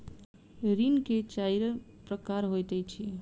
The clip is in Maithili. ऋण के चाइर प्रकार होइत अछि